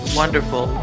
wonderful